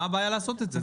מה הבעיה לעשות את זה?